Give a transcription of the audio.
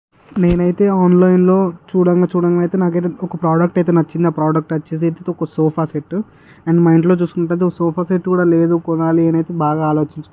నేనైతే ఆన్లైన్లో చూడంగా చూడంగా అయితే నాకైతే ఒక ప్రోడక్ట్ అయితే నచ్చింది ఆ ప్రోడక్ట్ వచ్చేసి ఒక సోఫా సెట్టు అండ్ మా ఇంట్లో చూసుకున్నట్టయితే ఒక సోఫా సెట్టు కూడా లేదు కొనాలి అని నేనైతే బాగా ఆలోచించుకున్నా